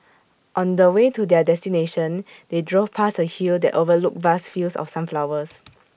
on the way to their destination they drove past A hill that overlooked vast fields of sunflowers